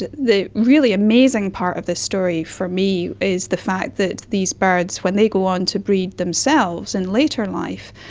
the the really amazing part of this story for me is the fact that these birds when they go on to breed themselves in later life,